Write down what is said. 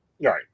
Right